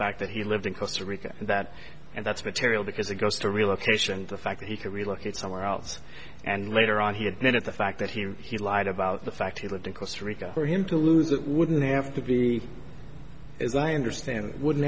fact that he lived in costa rica that and that's material because it goes to relocation the fact that he can relocate somewhere else and later on he admitted the fact that he lied about the fact he lived in costa rica for him to lose it wouldn't have to be as i understand it wouldn't